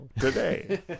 today